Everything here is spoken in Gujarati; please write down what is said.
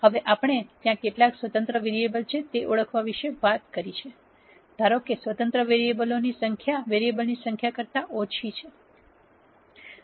હવે આપણે ત્યાં કેટલા સ્વતંત્ર વેરીએબલ છે તે ઓળખવા વિશે વાત કરી છે ધારો કે સ્વતંત્ર વેરીએબલની સંખ્યા વેરીએબલની સંખ્યા કરતા ઓછી છે